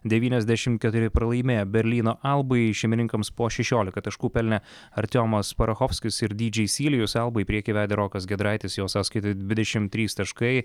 devyniasdešim keturi pralaimėjo berlyno albai šeimininkams po šešiolika taškų pelnė artiomas parachovskis ir dydžei sylijus albą į priekį vedė rokas giedraitis jo sąskaitoje dvidešim trys taškai